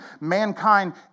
mankind